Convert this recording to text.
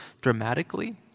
dramatically